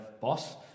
boss